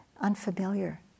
unfamiliar